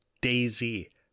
Daisy